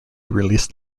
released